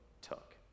took